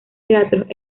teatros